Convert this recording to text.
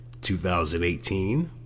2018